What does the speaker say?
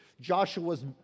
Joshua's